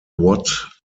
what